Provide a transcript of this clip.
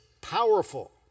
powerful